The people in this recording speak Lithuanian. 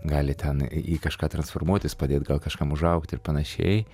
gali ten į į kažką transformuotis padėt gal kažkam užaugt ir panašiai